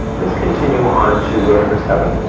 let's continue on to row number seven.